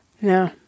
No